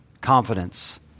Confidence